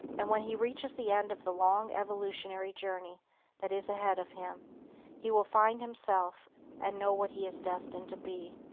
and when he reaches the end of the long evolutionary journey that is ahead of him he will find himself and know what he is destined to be,